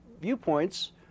viewpoints